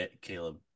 caleb